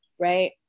right